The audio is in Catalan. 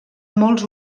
molts